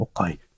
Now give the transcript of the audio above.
okay